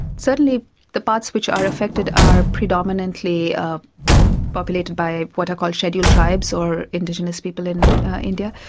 certainly the parts which are affected are predominately populated by what are called scheduled tribes, or indigenous people in india,